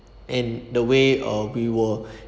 and the way uh we were